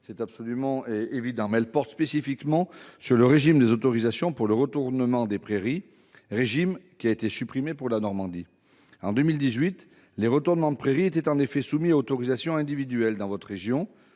interrogation porte plus spécifiquement sur le régime des autorisations pour le retournement des prairies, lequel a été supprimé pour la Normandie. En 2018, les retournements de prairies étaient soumis à autorisation individuelle dans votre région,